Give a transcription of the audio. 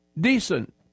Decent